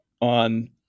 on